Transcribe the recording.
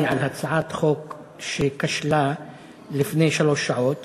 היא על הצעת חוק שכשלה לפני שלוש שעות